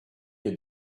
your